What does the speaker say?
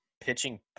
pitching